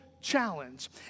challenge